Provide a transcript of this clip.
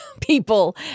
people